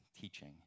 teaching